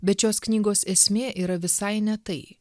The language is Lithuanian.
bet šios knygos esmė yra visai ne tai